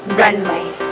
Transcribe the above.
runway